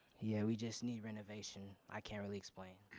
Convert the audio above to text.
yeah we just need renovation. i can't really explain.